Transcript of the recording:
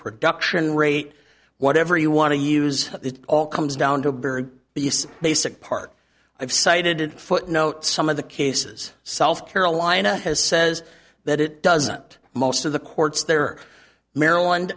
production rate whatever you want to use it all comes down to bury the basic part i've cited footnote some of the cases south carolina has says that it doesn't most of the courts there are maryland